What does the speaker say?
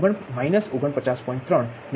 03 megawatt